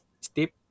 steep